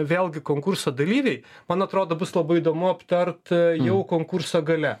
vėlgi konkurso dalyviai man atrodo bus labai įdomu aptart jau konkurso gale